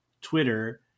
Twitter